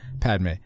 Padme